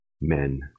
men